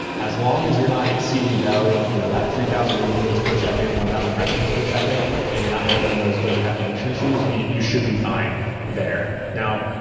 as long as you're not exceeding you know that three thousand read units per second, one thousand write units per second and you're not handling those those pagination issues, you you should be fine there. now,